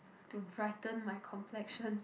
to brighten my complexion